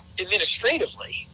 administratively